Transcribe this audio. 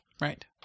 right